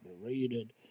berated